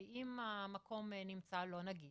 אם המקום נמצא לא נגיש,